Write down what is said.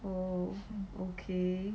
oh okay